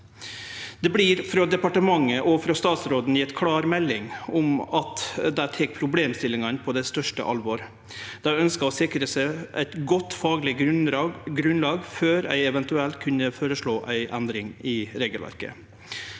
Det vert frå departementet og frå statsråden gjeve klar melding om at dei tek problemstillingane på det største alvor. Dei ønskjer å sikre seg eit godt fagleg grunnlag før ein eventuelt kan føreslå ei endring i regelverket.